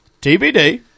TBD